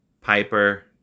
Piper